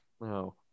no